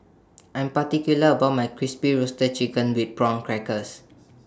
I Am particular about My Crispy Roasted Chicken with Prawn Crackers